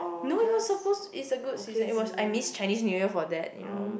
no it was supposed it's a good season it was I miss Chinese New Year for that you know